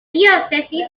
diócesis